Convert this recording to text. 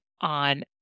on